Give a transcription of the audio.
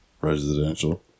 Residential